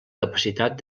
capacitat